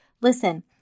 Listen